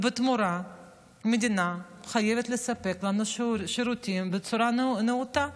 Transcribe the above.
בתמורה המדינה חייבת לספק לנו שירותים בצורה נאותה: